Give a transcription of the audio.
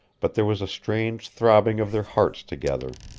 but there was a strange throbbing of their hearts together,